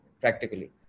practically